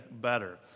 better